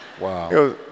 Wow